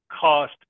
Cost